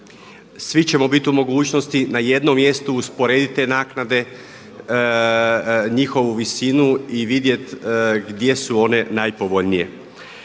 Svi ćemo biti u mogućnosti na jednom mjestu usporediti te naknade, njihovu visinu i vidjeti gdje su one najpovoljnije.